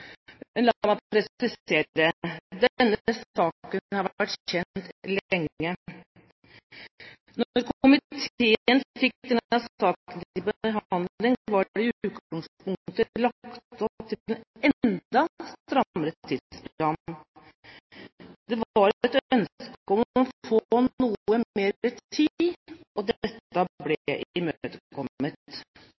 Men la meg presisere: Denne saken har vært kjent lenge. Da komiteen fikk saken til behandling, var det i utgangspunktet lagt opp til en enda strammere tidsplan. Det var et ønske om å få noe mer tid, og det ble